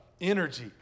energy